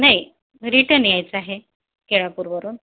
नाही रिटर्न यायचं आहे केळापूरवरून